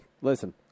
Listen